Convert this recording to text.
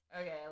Okay